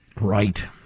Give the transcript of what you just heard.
Right